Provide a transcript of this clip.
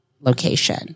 location